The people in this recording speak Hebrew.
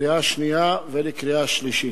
לקריאה שנייה ולקריאה שלישית.